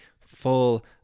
full